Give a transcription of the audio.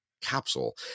capsule